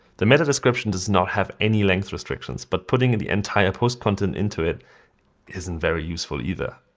the meta description does not have any length restrictions. but putting in the entire post content into it isn't very useful either.